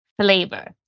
flavor